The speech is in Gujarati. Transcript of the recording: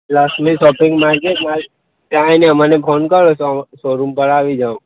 લક્ષ્મી સોપિંગ માર્કેટમાં જ ત્યાં આવીને મને ફોન કરો તો શોરૂમ પર આવી જાઓ ઓ